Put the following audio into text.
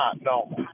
no